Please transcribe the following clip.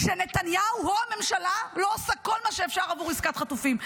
שנתניהו או הממשלה לא עושים כל מה שאפשר עבור עסקת חטופים.